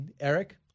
Eric